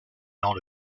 non